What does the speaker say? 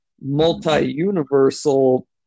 multi-universal